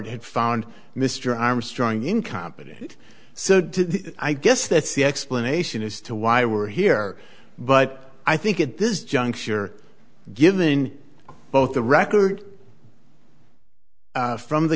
had found mr armstrong incompetent so i guess that's the explanation as to why we're here but i think at this juncture given both the record from the